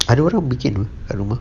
ada orang make it though kat rumah